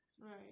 Right